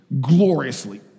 gloriously